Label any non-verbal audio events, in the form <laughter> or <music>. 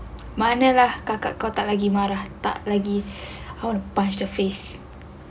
mana lah kakak kau tak lagi marah tak lagi <breath> bust the face